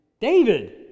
David